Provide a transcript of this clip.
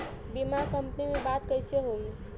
बीमा कंपनी में बात कइसे होई?